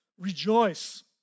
Rejoice